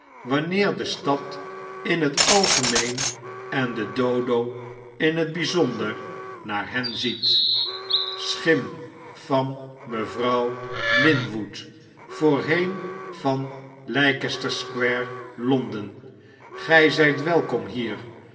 wanneer de stad in t algemeen en de dodo in t byzonder naar henziet schimvan mejuffrouw linwood voorheen van leicester square lonqlen gy zyt welkom hier